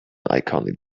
iconic